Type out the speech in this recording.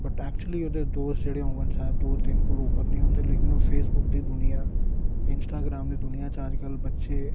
but actually ओह्दे दोस्त जेह्ड़े होङन शायद दो तिन कोला उप्पर नेईं होंदे लेकिन ओह् फेसबुक दी दुनिया इंस्टाग्राम दी दुनिया च अज्जकल बच्चे